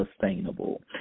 sustainable